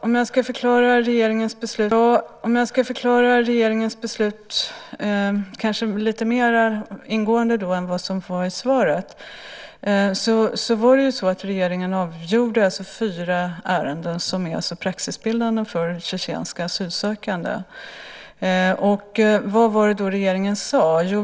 Fru talman! Om jag ska förklara regeringens beslut lite mer ingående än i svaret så var det så att regeringen avgjorde fyra ärenden som alltså är praxisbildande för tjetjenska asylsökande. Vad var det regeringen sade?